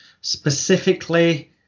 specifically